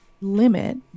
limit